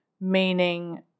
meaning